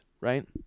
right